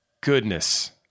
goodness